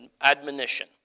admonition